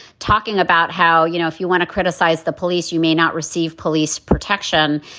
talking about how, you know, if you want to criticize the police, you may not receive police protection.